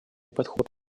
подход